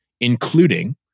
including